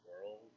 world